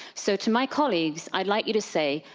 so to my colleagues, i'd like you to say,